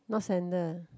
not sandal